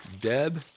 Deb